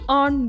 on